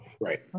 right